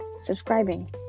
subscribing